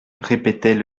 répétait